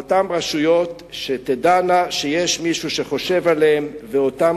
לאותן רשויות שתדענה שיש מישהו שחושב עליהם ולאותם